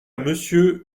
monsieur